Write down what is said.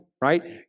right